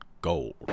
gold